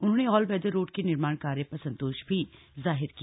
उन्होंने all weather road के निर्माण कार्य पर संतोष भी जाहिर किया